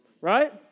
Right